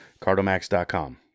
cardomax.com